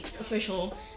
official